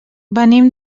venim